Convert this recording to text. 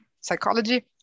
psychology